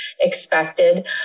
expected